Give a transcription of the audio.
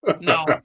No